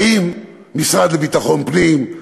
האם המשרד לביטחון פנים?